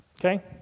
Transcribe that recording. okay